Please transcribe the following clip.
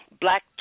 black